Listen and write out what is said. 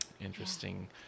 interesting